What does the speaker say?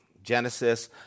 Genesis